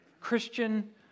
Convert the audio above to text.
Christian